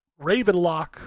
Ravenlock